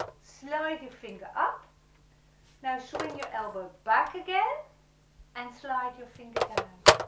slide your finger up now swing your elbow back again and slide your finger down.